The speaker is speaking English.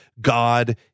God